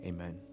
Amen